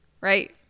right